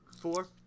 Four